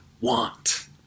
want